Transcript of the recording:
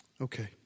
Okay